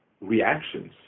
reactions